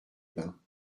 bains